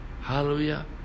Hallelujah